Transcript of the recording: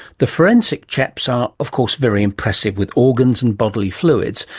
the forensic chaps are of course very impressive with organs and bodily fluids,